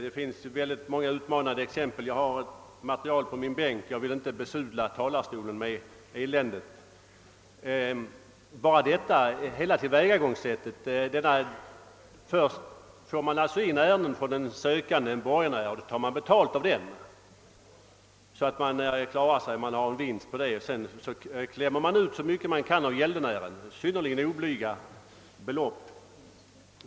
Det finns många utmanande exempel; i min bänk har jag sådant material, men jag vill inte besudla denna talarstol med eländet. Redan själva tillvägagångssättet är avskräckande. Först får man alltså in ett ärende från en borgenär och tar betalt av honom så att man klarar sig med vinst. Sedan klämmer man ut så mycket man kan av gäldenären, och det är synnerligen oblyga belopp.